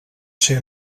ser